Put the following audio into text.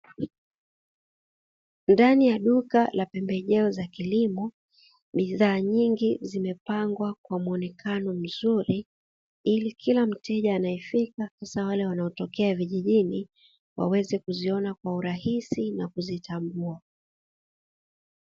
Ndani ya duka la pembejeo za kilimo, bidhaa nyingi zimepangwa kwa muonekano mzuri, ili kila mteja anayefika, hasa wale wanaotokea vijijini, waweze kuziona kwa urahisi na kuzitambua.